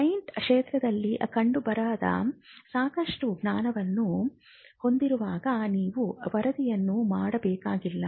client ಕ್ಷೇತ್ರದಲ್ಲಿ ಕಂಡುಬರದ ಸಾಕಷ್ಟು ಜ್ಞಾನವನ್ನು ಹೊಂದಿರುವಾಗ ನೀವು ವರದಿಯನ್ನು ಮಾಡ ಬೇಕಾಗಿಲ್ಲ